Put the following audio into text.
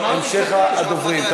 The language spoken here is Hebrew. טוב, המשך הדוברים, אמרתי: כספים.